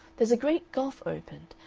there's a great gulf opened,